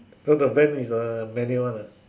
so the van is manual one ah